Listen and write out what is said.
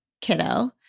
kiddo